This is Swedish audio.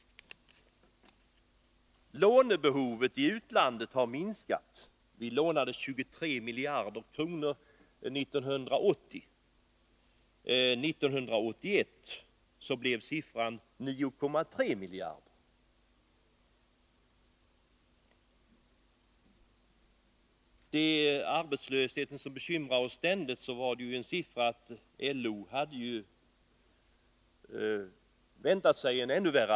Behovet av utlandslån har minskat. Vi lånade 23 miljarder kronor 1980. År 1981 blev siffran 9,3 miljarder. När det gäller arbetslösheten, som bekymrar oss ständigt, hade LO väntat sig att den skulle bli ännu värre.